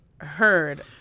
heard